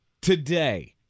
Today